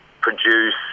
produce